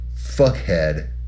fuckhead